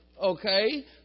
okay